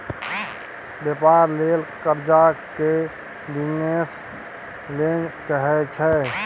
बेपार लेल करजा केँ बिजनेस लोन कहै छै